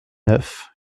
neuf